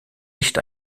nicht